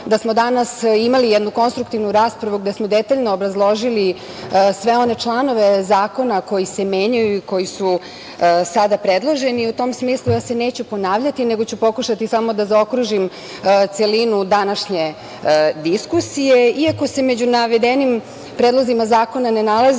da smo danas imali jednu konstruktivnu raspravu gde smo detaljno obrazložili sve one članove zakona koji se menjaju i koji su sada predloženi. U tom smislu ja se neću ponavljati, nego ću pokušati samo da zaokružim celinu današnje diskusije. Iako se među navedenim predlozima zakona ne nalazi